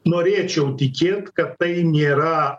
norėčiau tikėt kad tai nėra